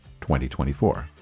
2024